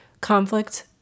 conflict